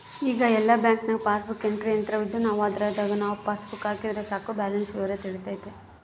ಈಗ ಎಲ್ಲ ಬ್ಯಾಂಕ್ನಾಗ ಪಾಸ್ಬುಕ್ ಎಂಟ್ರಿ ಯಂತ್ರವಿದ್ದು ನಾವು ಅದರಾಗ ನಮ್ಮ ಪಾಸ್ಬುಕ್ ಹಾಕಿದರೆ ಸಾಕು ಬ್ಯಾಲೆನ್ಸ್ ವಿವರ ತಿಳಿತತೆ